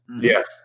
Yes